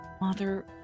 Mother